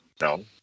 No